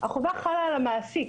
חלה על המעסיק.